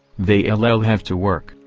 they ll ll have to work,